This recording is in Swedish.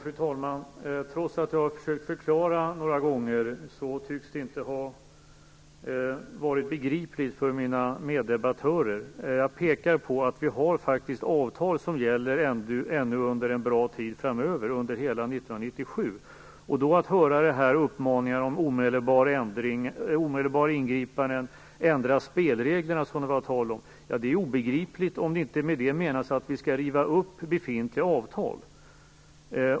Fru talman! Trots att jag har försökt förklara några gånger tycks jag inte ha gjort det begripligt för mina meddebattörer. Jag pekar ju på att vi faktiskt har avtal som gäller ännu en bra tid framöver, under hela 1997. Att då uppmanas till omedelbara ingripanden och ändrade spelregler, som det var tal om, är obegripligt om det inte med detta menas att vi skall riva upp befintliga avtal.